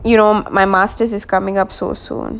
you know my master's is coming up so soon